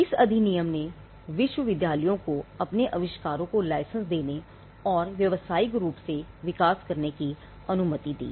इस अधिनियम ने विश्वविद्यालयों को अपने आविष्कारों को लाइसेंस देने और व्यावसायिक रूप से विकसित करने की अनुमति दी